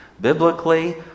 biblically